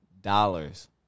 dollars